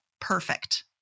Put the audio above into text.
perfect